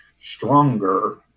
stronger